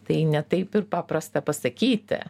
tai ne taip ir paprasta pasakyti